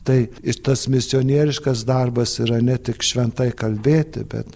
tai ir tas misionieriškas darbas yra ne tik šventai kalbėti bet